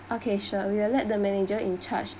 okay sure we will let the manager in charge